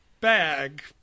bag